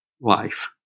life